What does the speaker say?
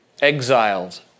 exiled